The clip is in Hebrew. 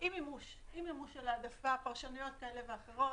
לאי מימוש של ההעדפה, פרשנויות כאלה ואחרות.